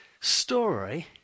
story